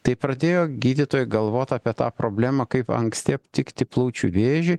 tai pradėjo gydytojai galvot apie tą problemą kaip anksti aptikti plaučių vėžį